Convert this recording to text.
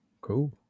Cool